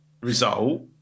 result